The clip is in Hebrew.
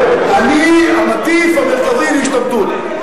אני המטיף המרכזי להשתמטות.